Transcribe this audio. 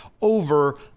over